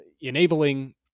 enabling